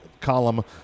column